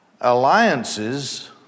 Alliances